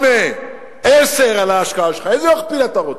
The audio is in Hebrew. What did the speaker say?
8, 10, על ההשקעה שלך, איזה מכפיל אתה רוצה?